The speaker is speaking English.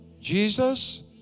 Jesus